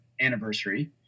anniversary